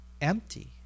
empty